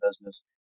business